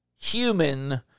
human